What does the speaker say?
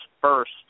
first